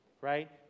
right